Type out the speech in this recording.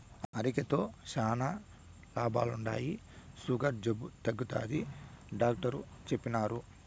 అరికెలతో శానా లాభాలుండాయి, సుగర్ జబ్బు తగ్గుతాదని డాట్టరు చెప్పిన్నారు